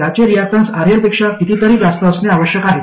याचे reactance RL पेक्षा कितीतरी जास्त असणे आवश्यक आहे